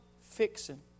fixing